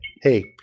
hey